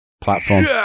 Platform